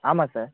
ஆமாம் சார்